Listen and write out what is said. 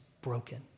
broken